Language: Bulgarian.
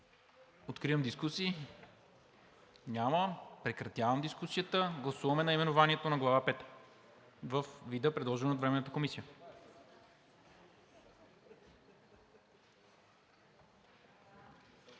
изказвания? Няма. Прекратявам дискусията. Гласуваме наименованието на Глава пета във вида, предложен от Временната комисия.